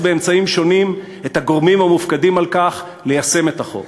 באמצעים שונים את הגורמים המופקדים על כך ליישם את החוק.